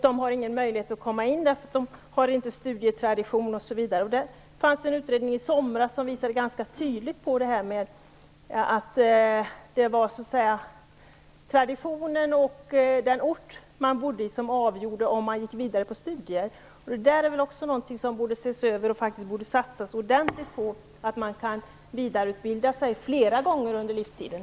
De har ingen möjlighet att komma in därför att de inte har någon studietradition osv. En utredning i somras visade ganska tydligt att det var traditionen och den ort man bodde på som avgjorde om man gick vidare i sina studier. Det är också något som borde ses över och faktiskt borde satsas ordentligt på: att man kan vidareutbilda sig flera gånger under livstiden.